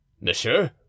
Monsieur